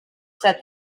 said